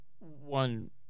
One